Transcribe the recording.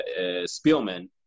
Spielman